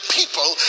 people